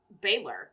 Baylor